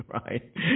Right